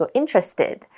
interested